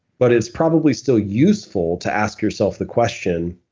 but it's probably still useful to ask yourself the question,